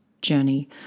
journey